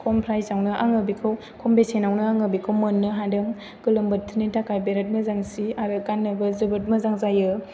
खम प्रायजआवनो आङो बेखौ खम बेसेनावनो आङो बेखौ मोननो हादों गोलोमबोथोरनि थाखाय बिराद मोजां सि आरो गाननोबो जोबोद मोजां जायो